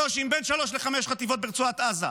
אנחנו נמצאים כבר בקושי עם בין שלוש לחמש חטיבות ברצועת עזה.